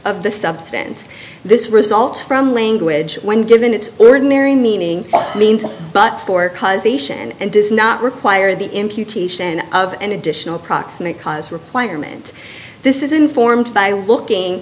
of the substance this results from language when given its ordinary meaning means but for causation and does not require the impute of an additional proximate cause requirement this is informed by looking